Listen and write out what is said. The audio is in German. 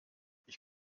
ich